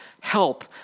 help